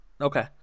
Okay